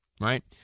right